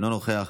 אינו נוכח,